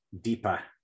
deeper